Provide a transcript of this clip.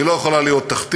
היא לא יכולה להיות תכתיב.